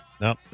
No